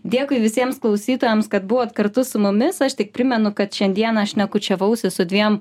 dėkui visiems klausytojams kad buvot kartu su mumis aš tik primenu kad šiandieną šnekučiavausi su dviem